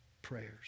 prayers